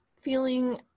feeling